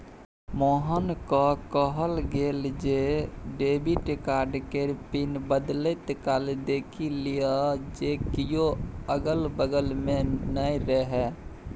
मोहनकेँ कहल गेल जे डेबिट कार्ड केर पिन बदलैत काल देखि लिअ जे कियो अगल बगल नै रहय